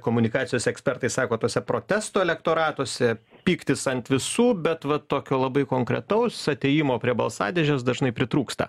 komunikacijos ekspertai sako tose protesto elektoratuose pyktis ant visų bet va tokio labai konkretaus atėjimo prie balsadėžės dažnai pritrūksta